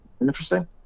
Interesting